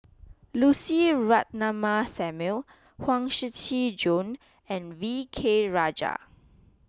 Lucy Ratnammah Samuel Huang Shiqi Joan and V K Rajah